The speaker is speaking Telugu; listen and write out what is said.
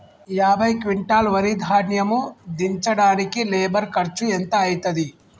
యాభై క్వింటాల్ వరి ధాన్యము దించడానికి లేబర్ ఖర్చు ఎంత అయితది?